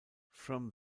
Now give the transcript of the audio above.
from